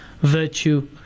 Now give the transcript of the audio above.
virtue